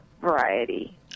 variety